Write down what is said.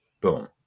boom